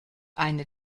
eine